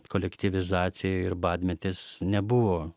kolektyvizacija ir badmetis nebuvo